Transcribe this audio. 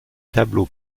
tableaux